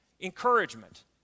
encouragement